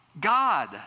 God